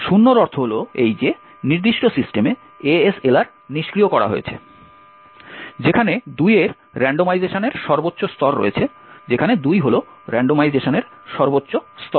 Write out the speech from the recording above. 0 এর অর্থ হল যে নির্দিষ্ট সিস্টেমে ASLR নিষ্ক্রিয় করা হয়েছে যেখানে 2 এর রান্ডমাইজেশনের সর্বোচ্চ স্তর রয়েছে যেখানে 2 হল রান্ডমাইজেশনের সর্বোচ্চ স্তর